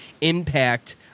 impact